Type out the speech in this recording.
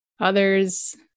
others